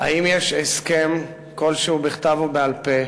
האם יש הסכם כלשהו, בכתב או בעל-פה,